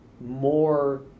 more